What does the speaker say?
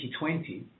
2020